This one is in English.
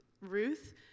Ruth